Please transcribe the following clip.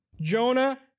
Jonah